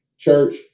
Church